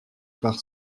par